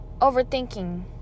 overthinking